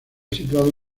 situado